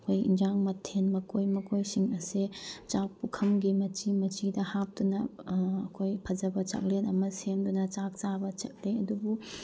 ꯑꯩꯈꯣꯏ ꯑꯦꯟꯁꯥꯡ ꯃꯊꯦꯜ ꯃꯀꯣꯏ ꯃꯀꯣꯏꯁꯤꯡ ꯑꯁꯦ ꯆꯥꯛ ꯄꯨꯈꯝꯒꯤ ꯃꯆꯤ ꯃꯆꯤꯗ ꯍꯥꯞꯇꯨꯅ ꯑꯩꯈꯣꯏ ꯐꯖꯕ ꯆꯥꯛꯂꯦꯟ ꯑꯃ ꯁꯦꯝꯗꯨꯅ ꯆꯥꯛ ꯆꯥꯕ ꯆꯠꯂꯤ ꯑꯗꯨꯕꯨ